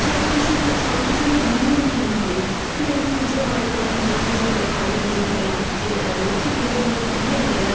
সব কিছুতে সব কিছুটা নিয়ম মেনে হয় যেমন পুজো হয় যে পুজো হয় কালী পুজো হয় রাত্রিবেলা লক্ষ্মী পুজো হয় দিনেরবেলা